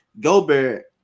Gobert